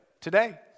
today